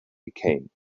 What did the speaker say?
became